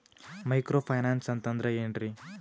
Micro finance ಅಂತಂದ್ರ ಏನ್ರೀ?